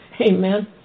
Amen